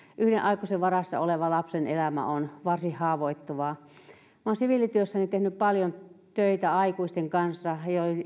yhden aikuisen varassa olevan lapsen elämä on varsin haavoittuvaa minä olen siviilityössäni tehnyt paljon töitä aikuisten kanssa